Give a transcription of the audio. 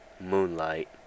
Moonlight